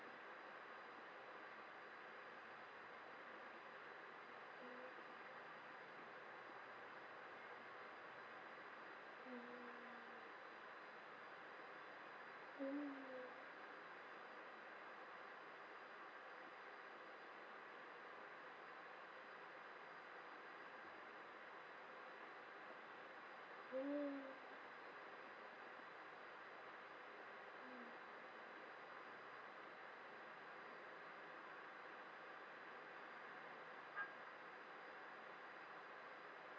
mm mm mm